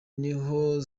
niho